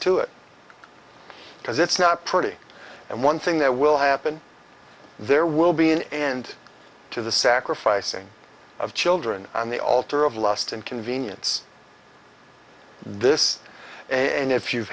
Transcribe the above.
to it because it's not pretty and one thing that will happen there will be an end to the sacrificing of children on the altar of lust and convenience this and if you've